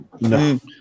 No